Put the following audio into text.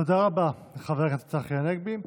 תודה רבה לחבר הכנסת צחי הנגבי.